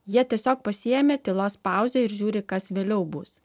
jie tiesiog pasiėmė tylos pauzę ir žiūri kas vėliau bus